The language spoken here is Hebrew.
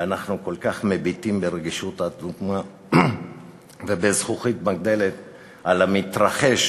ואנחנו כל כך מביטים ברגישות ובזכוכית מגדלת על המתרחש,